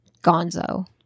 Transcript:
gonzo